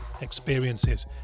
experiences